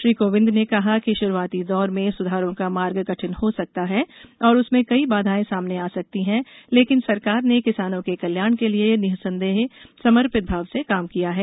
श्री कोविंद ने कहा कि शुरुआती दौर में सुधारों का मार्ग कठिन हो सकता है और उसमें कई बाघाएं सामने आ सकती हैं लेकिन सरकार ने किसानों के कल्याण के लिए निसंदेह समर्पित भाव से काम किया है